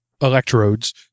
electrodes